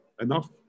enough